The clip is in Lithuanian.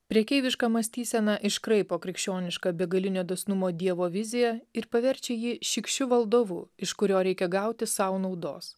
prekeiviška mąstysena iškraipo krikščionišką begalinio dosnumo dievo viziją ir paverčia jį šykščiu valdovu iš kurio reikia gauti sau naudos